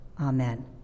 Amen